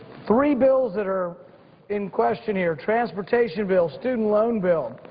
three bills that are in question here transportation bill, student loan bill.